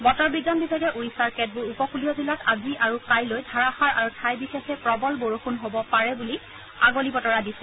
বতৰ বিজ্ঞান বিভাগে ওড়িশাৰ কেতবোৰ উপকলীয় জিলাত আজি আৰু কাইলৈ ধাৰাসাৰ আৰু ঠাই বিশেষে প্ৰবলতৰ বৰষুণ হ'ব পাৰে বুলি আগলি বতৰা দিছে